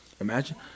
Imagine